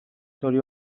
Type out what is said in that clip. txori